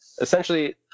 essentially